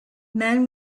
man